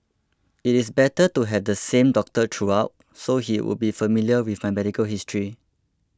it is better to have the same doctor throughout so he would be familiar with my medical history